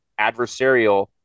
adversarial